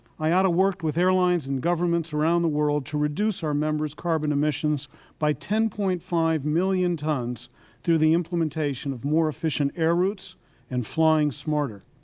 iata worked with airlines and governments around the world to reduce our members' carbon emissions by ten point five million dollars tons through the implementation of more efficient air routes and flying smarter.